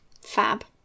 Fab